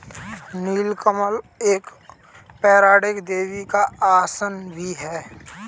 नील कमल एक पौराणिक देवी का आसन भी है